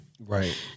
Right